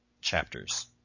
chapters